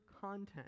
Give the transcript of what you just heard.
content